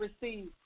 received